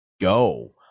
go